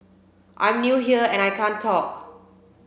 I'm new here and I can't talk